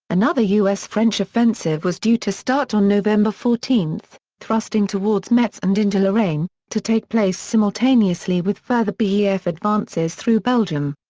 another u s french offensive was due to start on november fourteen, thrusting towards metz and into lorraine, to take place simultaneously with further yeah bef advances through belgium.